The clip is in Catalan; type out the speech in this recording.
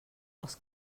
els